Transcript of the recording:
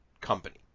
company